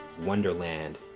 wonderland